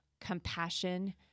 compassion